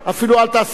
אפילו אל תעשה זאת.